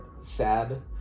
sad